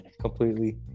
completely